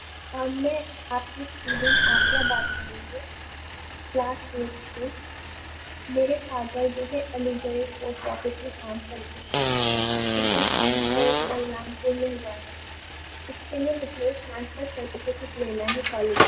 آ میں آپ کی اسٹوڈینٹ عافیہ بات کر رہی ہوں کلاس ایٹتھ سے میرے فادر جو ہے علی گڑھ پوسٹ آفس میں کام کرتے ہیں اِن کا ٹرانسفر بلرامپور میں ہُوا ہے اُس کے لیے مجھے ٹرانسفر سرٹیفیکیٹ لینا ہے کالج سے